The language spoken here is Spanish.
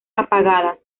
apagadas